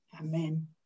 Amen